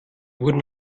wurden